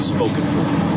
Spoken